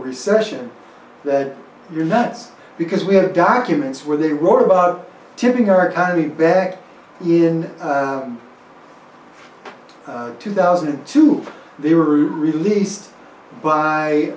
recession that your knots because we had documents where they wrote about tipping our economy back in two thousand and two they were released by